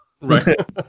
right